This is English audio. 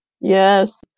Yes